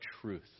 truth